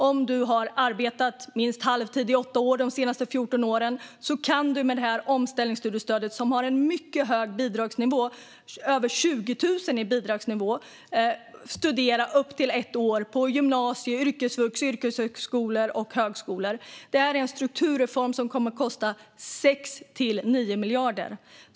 Om man har arbetat minst halvtid i 8 år under de senaste 14 åren kan man med det här omställningsstudiestödet, som har en mycket hög bidragsnivå på över 20 000 kronor, studera i upp till ett år på gymnasieskola, yrkesvux, yrkeshögskola och högskola. Det här är en strukturreform som kommer att kosta 6-9 miljarder.